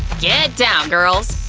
get' down, girls!